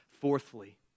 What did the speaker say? Fourthly